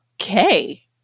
okay